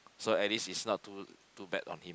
so at least is not too too bad of him